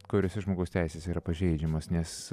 kuriose žmogaus teisės yra pažeidžiamos nes